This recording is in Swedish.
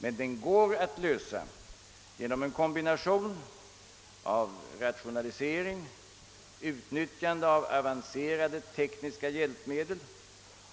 Men man kan göra det genom en kombination av rationalisering och utnyttjande av avancerade tekniska hjälpmedel